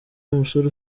umusore